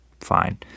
fine